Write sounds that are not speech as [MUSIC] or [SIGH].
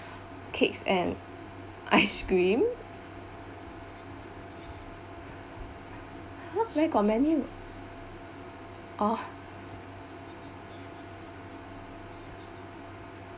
cakes and [LAUGHS] ice cream why do you got many orh